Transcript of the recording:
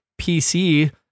PC